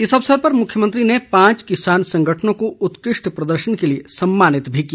इस अवसर मुख्यमंत्री ने पांच किसान संगठनों को उत्कृष्ट प्रदर्शन के लिए सम्मानित भी किया